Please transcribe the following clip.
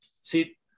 see